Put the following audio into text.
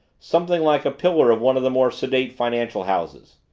something like a pillar of one of the more sedate financial houses.